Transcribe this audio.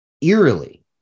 eerily